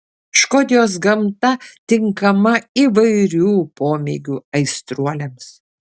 škotijos gamta tinkama įvairių pomėgių aistruoliams